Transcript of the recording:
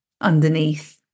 underneath